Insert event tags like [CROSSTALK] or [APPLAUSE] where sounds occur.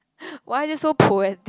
[BREATH] why are they so poetic